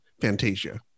Fantasia